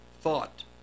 thought